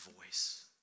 voice